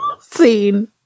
scene